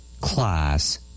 Class